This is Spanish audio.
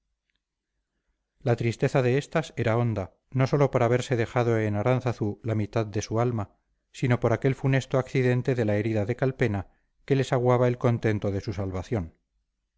la tristeza de éstas era honda no sólo por haberse dejado en aránzazu la mitad de su alma sino por aquel funesto accidente de la herida de calpena que les aguaba el contento de su salvación